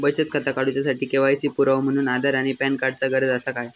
बचत खाता काडुच्या साठी के.वाय.सी पुरावो म्हणून आधार आणि पॅन कार्ड चा गरज आसा काय?